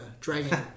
dragon